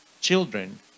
children